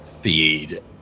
feed